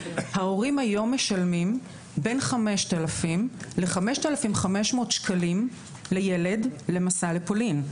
ההורים היום משלמים בין 5,000 ל-5,500 שקלים לילד עבור מסע לפולין.